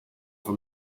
from